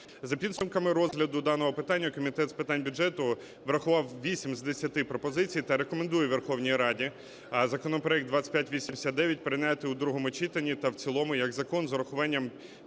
За підсумками розгляду даного питання Комітет з питань бюджету врахував вісім з десяти пропозицій та рекомендує Верховній Раді законопроект 2589 прийняти у другому читанні та в цілому як закон з урахуванням